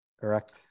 Correct